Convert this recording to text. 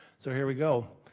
so here we go.